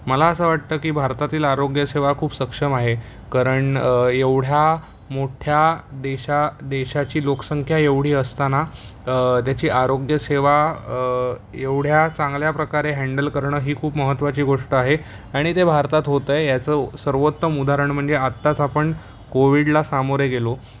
मला असं वाटतं की भारतातील आरोग्यसेवा खूप सक्षम आहे कारण एवढ्या मोठ्या देशा देशाची लोकसंख्या एवढी असताना त्याची आरोग्यसेवा एवढ्या चांगल्या प्रकारे हँडल करणं ही खूप महत्त्वाची गोष्ट आहे आणि ते भारतात होतं आहे याचं उ सर्वोत्तम उदाहरण म्हणजे आत्ताच आपण कोविडला सामोरे गेलो